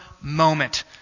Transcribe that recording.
moment